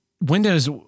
Windows